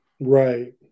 Right